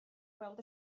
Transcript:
weld